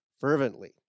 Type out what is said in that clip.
fervently